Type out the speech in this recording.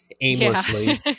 aimlessly